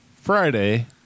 Friday